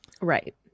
Right